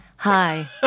Hi